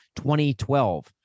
2012